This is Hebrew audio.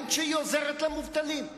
גם כשהיא עוזרת למובטלים,